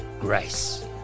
grace